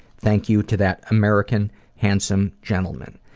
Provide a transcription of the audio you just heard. thank you to that american handsome gentleman.